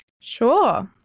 Sure